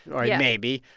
or maybe,